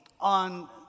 on